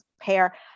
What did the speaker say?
pair